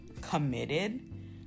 committed